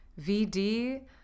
vd